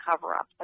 cover-up